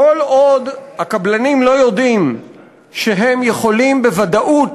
כל עוד הקבלנים לא יודעים שהם יכולים בוודאות